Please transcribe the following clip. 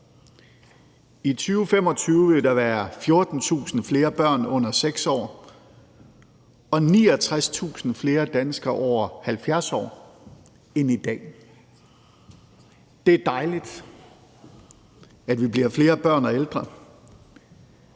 I 2025 vil der være 14.000 flere børn under 6 år og 69.000 flere danskere over 70 år end i dag. Det er dejligt, at vi bliver flere børn og ældre,